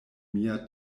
mia